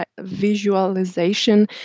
visualization